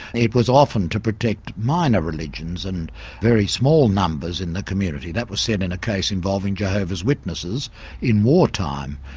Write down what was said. it was often to protect minor religions and very small numbers in the community. that was said in a case involving jehovah's witnesses in wartime.